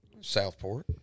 Southport